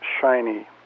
shiny